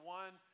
one